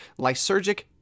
lysergic